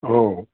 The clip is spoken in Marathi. हो